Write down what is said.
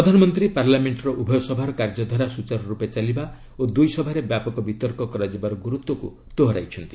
ପ୍ରଧାନମନ୍ତ୍ରୀ ପାର୍ଲାମେଣ୍ଟର ଉଭୟ ସଭାର କାର୍ଯ୍ୟଧାରା ସୁଚାରୁ ରୂପେ ଚାଲିବା ଓ ଦୁଇ ସଭାରେ ବ୍ୟାପକ ବିତର୍କ କରାଯିବାର ଗୁରୁତ୍ୱକୁ ଦୋହରାଇଛନ୍ତି